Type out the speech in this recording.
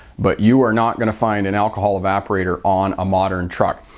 but you are not going to find an alcohol evaporator on a modern truck.